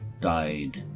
died